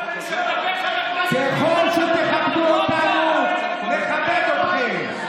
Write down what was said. ככל שתכבדו אותנו, נכבד אתכם.